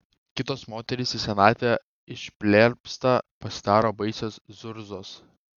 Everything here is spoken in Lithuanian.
kitos moterys į senatvę išplerpsta pasidaro baisios zurzos